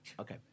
Okay